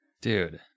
Dude